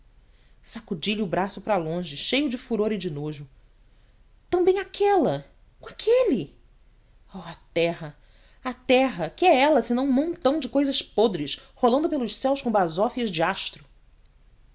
sacudi lhe o braço para longe cheio de furor e de nojo também aquela com aquele oh a terra a terra que é ela se não um montão de cousas podres rolando pelos céus com basófias de astro